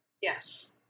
Yes